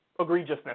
egregiousness